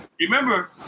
Remember